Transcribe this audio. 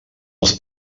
els